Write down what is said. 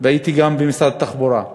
והייתי גם במשרד התחבורה,